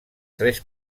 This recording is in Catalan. tres